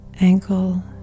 ankle